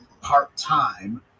part-time